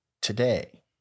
today